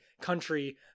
country